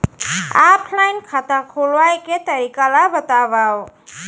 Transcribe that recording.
Offline खाता खोलवाय के तरीका ल बतावव?